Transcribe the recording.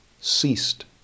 ceased